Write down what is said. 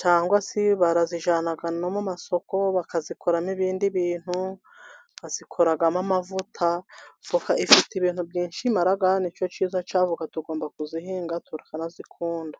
cyangwa se barazijyana no mu masoko bakazikoramo ibindi bintu, bazikoramo amavuta. Voka ifite ibintu byinshi imara n'icyo cyiza cya voka, tugomba kuzihinga tukanazikunda.